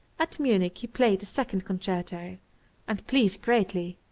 at munich he played his second concerto and pleased greatly.